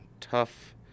tough